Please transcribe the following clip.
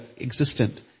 existent